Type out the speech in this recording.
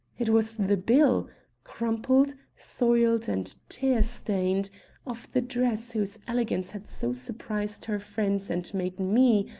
it was the bill crumpled, soiled and tear-stained of the dress whose elegance had so surprised her friends and made me,